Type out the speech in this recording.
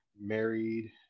married